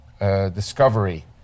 discovery